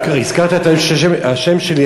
הזכרת את השם שלי,